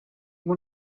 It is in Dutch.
moet